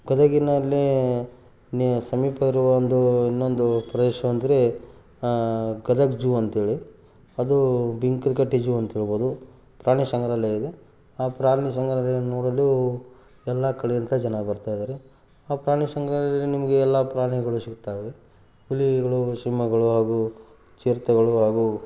ಗದಗಿನಲ್ಲಿ ನೀ ಸಮೀಪ ಇರುವ ಒಂದು ಇನ್ನೊಂದು ಪ್ರದೇಶ ಅಂದರೆ ಗದಗ ಜೂ ಅಂತ್ಹೇಳಿ ಅದು ಬಿಂಕದಕಟ್ಟೆ ಜೂ ಅಂತ್ಹೇಳ್ಬೌದು ಪ್ರಾಣಿ ಸಂಗ್ರಹಾಲಯ ಇದೆ ಆ ಪ್ರಾಣಿ ಸಂಗ್ರಹಾಲಯವನ್ನು ನೋಡಲು ಎಲ್ಲ ಕಡೆಯಿಂದ ಜನ ಬರ್ತಾ ಇದ್ದಾರೆ ಆ ಪ್ರಾಣಿ ಸಂಗ್ರಹಾಲಯದಲ್ಲಿ ನಿಮಗೆ ಎಲ್ಲ ಪ್ರಾಣಿಗಳು ಸಿಗ್ತವೆ ಹುಲಿಗಳು ಸಿಂಹಗಳು ಹಾಗೂ ಚಿರತೆಗಳು ಹಾಗೂ